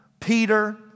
Peter